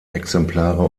exemplare